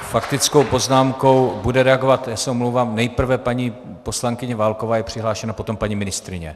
Faktickou poznámkou bude reagovat, já se omlouvám, nejprve paní poslankyně Válková je přihlášena, potom paní ministryně.